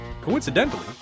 Coincidentally